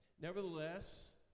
Nevertheless